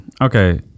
okay